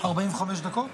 45 דקות?